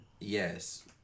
Yes